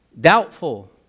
doubtful